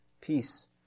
peace